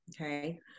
Okay